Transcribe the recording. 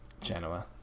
Genoa